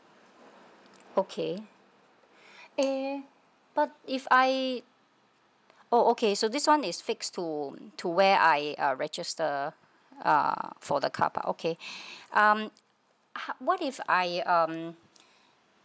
okay eh but if I oh okay so this one is fixed to to where I uh registered uh for the carpark okay um how what if I um